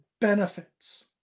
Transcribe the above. benefits